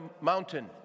mountain